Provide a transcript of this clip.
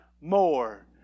more